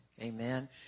Amen